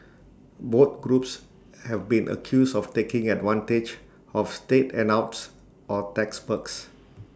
both groups have been accused of taking advantage of state handouts or tax perks